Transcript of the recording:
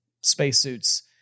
spacesuits